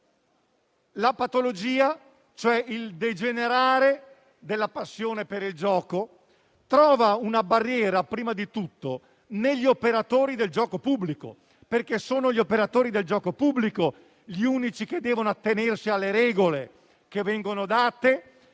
la patologia, cioè il degenerare della passione per il gioco, trova una barriera prima di tutto negli operatori del gioco pubblico, perché questi sono gli unici che devono attenersi alle regole date,